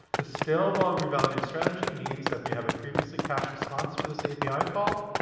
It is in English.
the stale-while-revalidate strategy means that if we have a previously cached response for this api call,